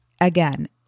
Again